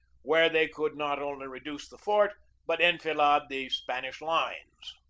where they could not only reduce the fort but enfilade the spanish lines.